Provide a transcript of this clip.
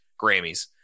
Grammys